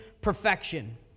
perfection